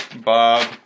Bob